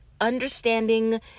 understanding